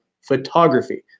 photography